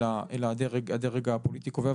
אלא הדרג הפוליטי קובע.